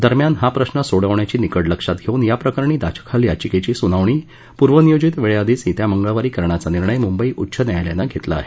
दरम्यान हा प्रश्न सोडवण्याची निकड लक्षात घेऊन याप्रकरणी दाखल याचिकेची सुनावणी पूर्वनियोजित वेळेआधीच येत्या मंगळवारी करण्याचा निर्णय मुंबई उच्च न्यायालयानं घेतला आहे